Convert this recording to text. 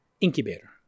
incubator